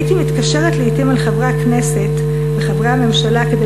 הייתי מתקשרת לעתים אל חברי הכנסת וחברי הממשלה כדי